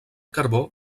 carbó